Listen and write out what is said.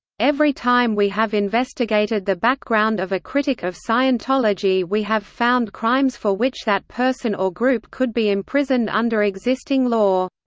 every time we have investigated the background of a critic of scientology we have found crimes for which that person or group could be imprisoned under existing law.